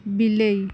ବିଲେଇ